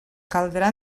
caldrà